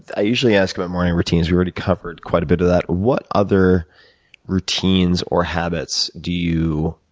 i usually ask about morning routines, we already covered quite a bit of that. what other routines, or habits do you